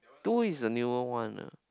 two is the newer one ah